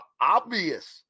obvious